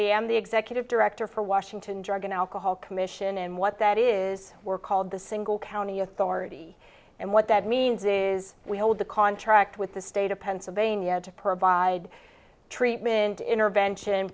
am the executive director for washington drug and alcohol commission and what that is called the single county authority and what that means is we hold the contract with the state of pennsylvania to provide treatment intervention